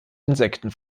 insekten